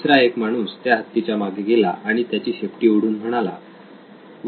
तिसरा एक माणूस त्या हत्तीच्या मागे गेला आणि त्याची शेपटी ओढून तो म्हणाला वा